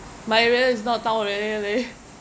my area is not town area leh